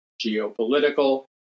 geopolitical